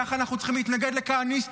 כך אנחנו צריכים להתנגד לכהניסטים,